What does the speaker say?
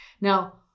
Now